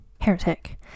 heretic